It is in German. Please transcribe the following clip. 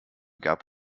gab